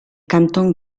canton